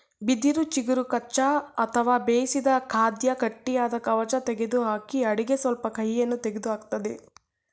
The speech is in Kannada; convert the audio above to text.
ಬಿದಿರು ಚಿಗುರು ಕಚ್ಚಾ ಅಥವಾ ಬೇಯಿಸಿದ ಖಾದ್ಯ ಗಟ್ಟಿಯಾದ ಕವಚ ತೆಗೆದುಹಾಕಿ ಅಡುಗೆ ಸ್ವಲ್ಪ ಕಹಿಯನ್ನು ತೆಗೆದುಹಾಕ್ತದೆ